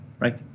right